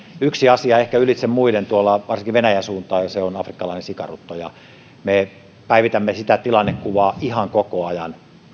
yksi asia ehkä ylitse muiden tuolla varsinkin venäjän suuntaan ja se on afrikkalainen sikarutto ja me päivitämme sitä tilannekuvaa ihan koko ajan